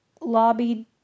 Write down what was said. lobbied